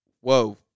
whoa